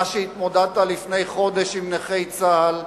אתה, שהתמודדת לפני חודש עם נכי צה"ל,